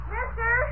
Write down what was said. Mister